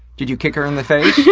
did you kick her in the face?